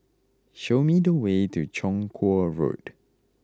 show me the way to Chong Kuo Road